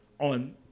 On